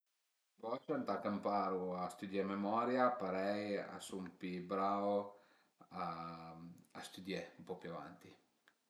I bocia ëntà ch'amparu a stüdié a memoria parei a sun pi brau a stüdié ën po pi avanti